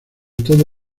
todo